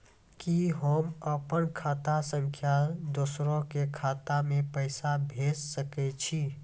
कि होम अपन खाता सं दूसर के खाता मे पैसा भेज सकै छी?